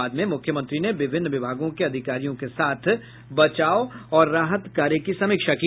बाद में मुख्यमंत्री ने विभिन्न विभागों के अधिकारियों के साथ बचाव और राहत कार्य की समीक्षा की